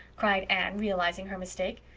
cried anne, realizing her mistake.